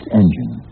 engine